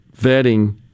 vetting